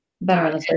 better